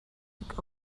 blick